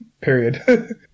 period